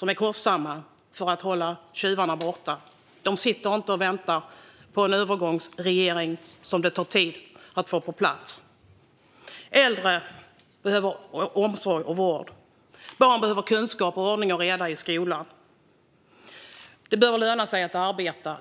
och kostsamma medel för att hålla tjuvarna borta. De sitter inte och väntar på en ny regering som det tar tid att få på plats. Äldre behöver omsorg och vård. Barn behöver kunskap och ordning och reda i skolan. Det bör löna sig att arbeta.